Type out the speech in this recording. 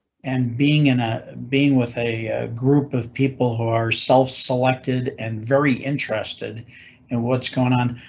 and being in a being with a group of people who are self selected, an very interested in what's going on.